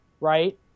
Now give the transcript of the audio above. right